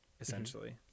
essentially